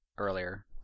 earlier